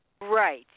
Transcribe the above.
Right